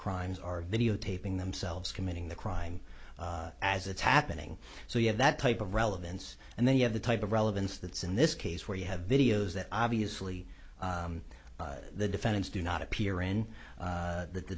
crimes are videotaping themselves committing the crime as it's happening so you have that type of relevance and then you have the type of relevance that's in this case where you have videos that obviously the defendants do not appear in that the